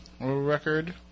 record